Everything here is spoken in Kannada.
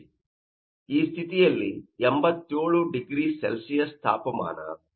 ಆದ್ದರಿಂದ ಈ ಸ್ಥಿತಿಯಲ್ಲಿ 87 0C ತಾಪಮಾನ ಮತ್ತು 1